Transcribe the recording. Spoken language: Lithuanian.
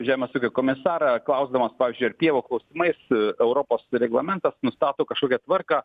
žemės ūkio komisarą klausdamas pavyzdžiui ar pievų klausimais europos reglamentas nustato kažkokią tvarką